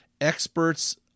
experts